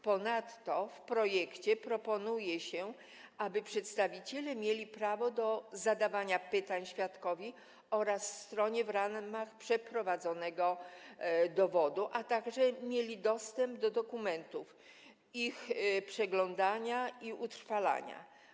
Ponadto w projekcie proponuje się, aby przedstawiciele mieli prawo do zadawania pytań świadkowi oraz stronie w ramach przeprowadzonego dowodu, dostęp do dokumentów, a także prawo do ich przeglądania i utrwalania.